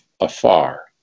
afar